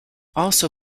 also